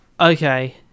Okay